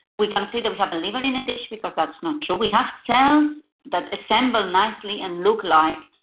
we can't say that we have a liver in a dish because that's not true. we have cells that assemble nicely and look like,